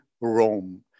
Rome